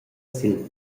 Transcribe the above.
sil